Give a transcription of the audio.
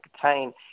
contain